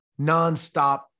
nonstop